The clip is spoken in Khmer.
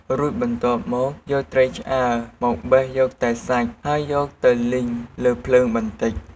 រួចបន្ទាប់មកយកត្រីឆ្អើរមកបេះយកតែសាច់ ហើយយកទៅលីងលើភ្លើងបន្តិច។